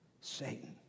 Satan